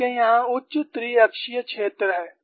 आपके यहां उच्च त्रिअक्षीय क्षेत्र है